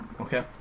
okay